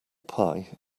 pie